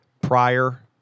prior